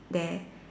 there